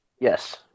Yes